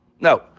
no